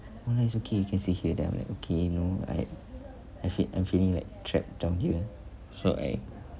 no lah it's okay you can stay here then I'm like okay no I I fe~ I'm feeling like trapped down here so I